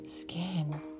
skin